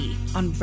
on